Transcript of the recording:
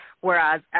whereas